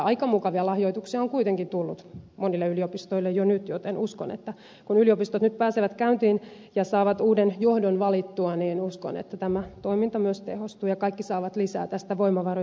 aika mukavia lahjoituksia on kuitenkin tullut monille yliopistoille jo nyt joten uskon että kun yliopistot nyt pääsevät käyntiin ja saavat uuden johdon valittua niin tämä toiminta myös tehostuu ja kaikki saavat lisää tästä voimavaroja